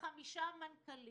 וחמישה מנכ"לים.